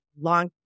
long